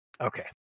Okay